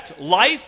life